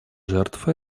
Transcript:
жертв